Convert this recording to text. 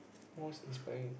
most inspiring